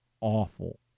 awful